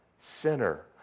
Sinner